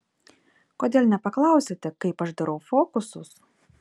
kodėl nepaklausėte kaip aš darau fokusus